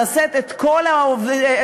לשאת את כל המסתננים?